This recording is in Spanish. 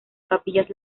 capillas